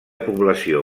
població